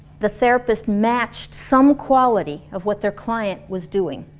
the therapist matched some quality of what their client was doing.